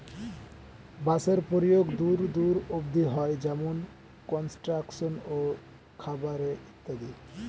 বাঁশের প্রয়োগ দূর দূর অব্দি হয়, যেমন কনস্ট্রাকশন এ, খাবার এ ইত্যাদি